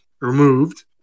removed